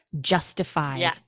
justify